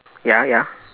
ya ya